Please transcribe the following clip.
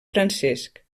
francesc